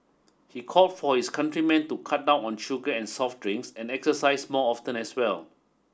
he called for his countrymen to cut down on sugar and soft drinks and exercise more often as well